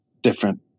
different